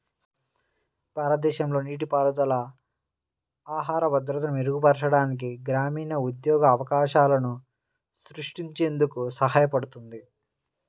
భారతదేశంలో నీటిపారుదల ఆహార భద్రతను మెరుగుపరచడానికి, గ్రామీణ ఉద్యోగ అవకాశాలను సృష్టించేందుకు సహాయపడుతుంది